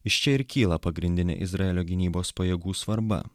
iš čia ir kyla pagrindinė izraelio gynybos pajėgų svarba